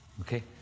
Okay